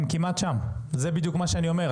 הם כמעט שם וזה בדיוק מה שאני אומר.